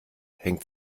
hängt